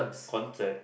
contract